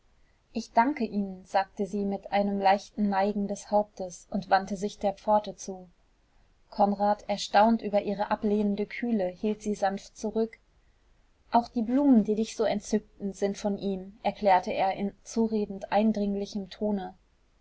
ich danke ihnen sagte sie mit einem leichten neigen des hauptes und wandte sich der pforte zu konrad erstaunt über ihre ablehnende kühle hielt sie sanft zurück auch die blumen die dich so entzückten sind von ihm erklärte er in zuredend eindringlichem tone